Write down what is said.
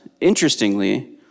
interestingly